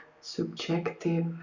subjective